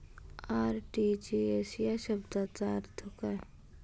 RTGS या शब्दाचा अर्थ काय?